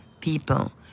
people